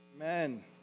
Amen